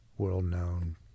World-known